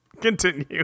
continue